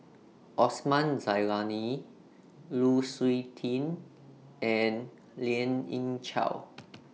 Osman Zailani Lu Suitin and Lien Ying Chow